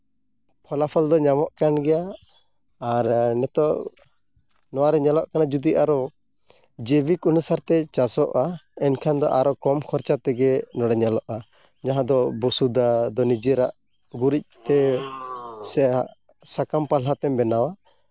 ᱯᱷᱚᱞᱟᱯᱷᱚᱞ ᱫᱚ ᱧᱟᱢᱚᱜ ᱠᱟᱱ ᱜᱮᱭᱟ ᱟᱨ ᱱᱤᱛᱚᱜ ᱱᱚᱣᱟᱨᱮ ᱧᱮᱞᱚᱜ ᱠᱟᱱᱟ ᱡᱩᱫᱤ ᱟᱨᱚ ᱡᱩᱫᱤ ᱠᱳᱱᱳ ᱥᱟᱨ ᱛᱮ ᱪᱟᱥᱚᱜᱼᱟ ᱮᱱᱠᱷᱟᱱ ᱫᱚ ᱟᱨᱦᱚᱸ ᱠᱚᱢ ᱠᱷᱚᱨᱪᱟ ᱛᱮᱜᱮ ᱱᱚᱸᱰᱮ ᱧᱮᱞᱚᱜᱼᱟ ᱡᱟᱦᱟᱸ ᱫᱚ ᱵᱩᱥᱩᱫᱷᱟ ᱫᱚ ᱱᱤᱡᱮᱨᱟᱜ ᱜᱩᱨᱤᱡᱛᱮ ᱥᱮ ᱥᱟᱠᱟᱢ ᱯᱟᱞᱦᱟ ᱛᱮᱢ ᱵᱮᱱᱟᱣᱟ